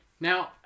Now